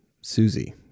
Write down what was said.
Susie